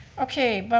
okay, but